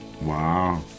Wow